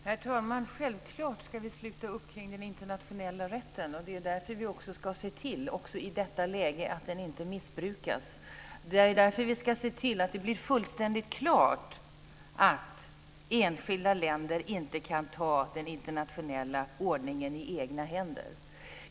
Herr talman! Självklart ska vi sluta upp kring den internationella rätten. Det är därför som vi också i detta läge ska se till att den inte missbrukas. Det är därför som vi ska se till att det blir fullständigt klart att enskilda länder inte kan ta den internationella ordningen i egna händer.